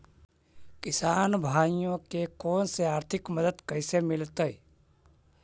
किसान भाइयोके कोन से आर्थिक मदत कैसे मीलतय?